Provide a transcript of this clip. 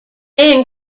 then